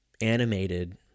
animated